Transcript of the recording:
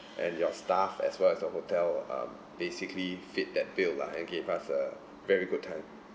and your staff as well as the hotel um basically fit that bill lah and gave us a very good time